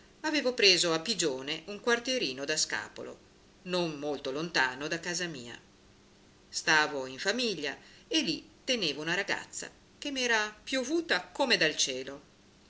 avevo preso a pigione un quartierino da scapolo non molto lontano da casa mia stavo in famiglia e lì tenevo una ragazza che m'era piovuta come dal cielo